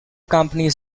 companies